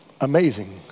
amazing